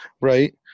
Right